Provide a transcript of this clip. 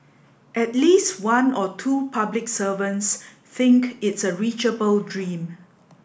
at least one or two public servants think it's a reachable dream